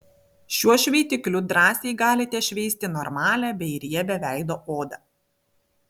šiuo šveitikliu drąsiai galite šveisti normalią bei riebią veido odą